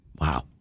Wow